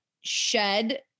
shed